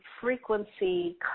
frequency